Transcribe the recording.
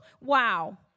wow